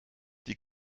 die